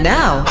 now